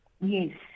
Yes